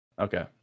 okay